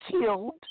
killed